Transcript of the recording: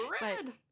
Red